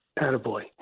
Attaboy